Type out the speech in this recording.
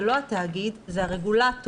זה לא התאגיד אלא זה הרגולטור.